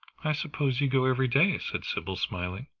i suppose you go every day, said sybil, smiling.